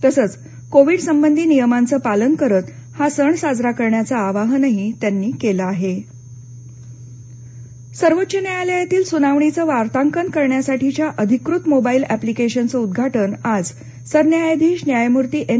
तसंच कोविड संबंधी नियमांचं पालन करत हा सण साजरा करण्याचं आवाहनही त्यांनी केलं आहे सर्वोच्च न्यायालय सर्वोच्च न्यायालयातील सुनावणीचं वार्तांकन करण्यासाठीच्या अधिकृत मोबाईल एप्लिकेशनचं उद्घाटन आज सरन्यायाधीश न्यायमूर्ती एन